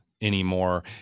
anymore